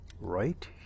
Right